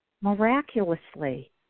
miraculously